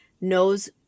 knows